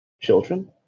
children